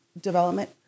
development